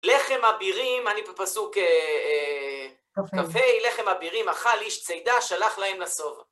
לחם אבירים, אני פה פסוק כ"ה, לחם אבירים, אכל איש צידה, שלח להם לסוף.